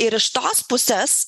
ir iš tos pusės